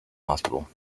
hospital